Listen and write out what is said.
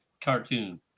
cartoon